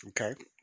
Okay